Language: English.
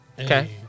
Okay